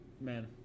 Man